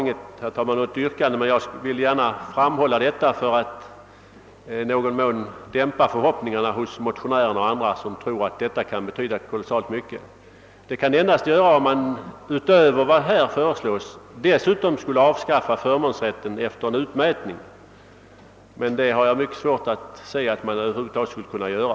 Jag har, herr talman, inget yrkande, men jag ville gärna framhålla detta för att i någon mån dämpa förhoppningarna hos motionärer och andra, som tror att det framförda motionsyrkandet kan komma att få stor betydelse. Det kan det endast få om man utöver vad som ' däri föreslås också skulle avskaffa förmånsrätten efter en utmätning, men jag har mycket svårt att se att det låter sig göra.